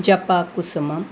जपाकुसुमं